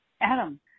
Adam